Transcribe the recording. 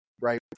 right